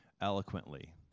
eloquently